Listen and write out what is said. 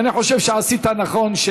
ואני חושב שעשית נכון.